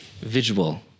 visual